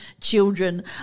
children